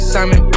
Simon